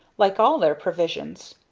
like all their provisions.